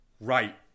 right